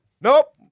Nope